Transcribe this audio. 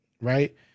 right